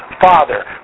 father